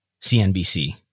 CNBC